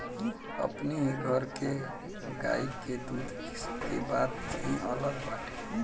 अपनी घर के गाई के दूध के बात ही अलग बाटे